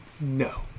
No